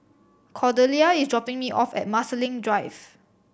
Cordelia is dropping me off at Marsiling Drive